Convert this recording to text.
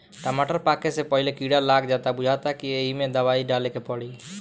टमाटर पाके से पहिले कीड़ा लाग जाता बुझाता कि ऐइमे दवाई डाले के पड़ी